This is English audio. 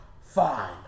Fine